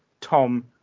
Tom